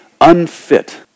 unfit